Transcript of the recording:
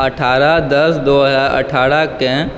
अठारह दस दू हजार अठारहकेँ